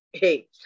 hey